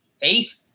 faith